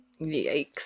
Yikes